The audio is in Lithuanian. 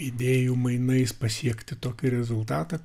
idėjų mainais pasiekti tokį rezultatą